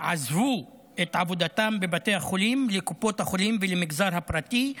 עזבו את עבודתם בבתי החולים לקופות החולים למגזר הפרטי.